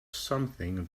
something